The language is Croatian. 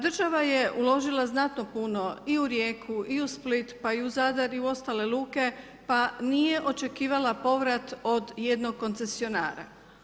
Država je uložila znatno puno i u Rijeku i u Split, pa i u Zadar i u ostale luke pa nije očekivala povrat od jednog koncesionara.